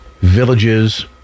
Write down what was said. villages